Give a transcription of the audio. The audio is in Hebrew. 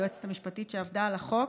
היועצת המשפטית שעבדה על החוק,